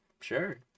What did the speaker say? sure